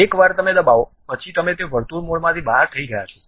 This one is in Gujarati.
એકવાર તમે દબાવો પછી તમે તે વર્તુળ મોડથી બહાર થઈ ગયા છો